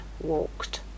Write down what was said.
walked